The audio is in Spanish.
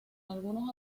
algunos